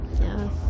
yes